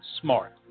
Smart